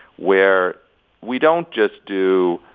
where we don't just do